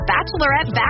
Bachelorette